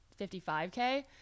55K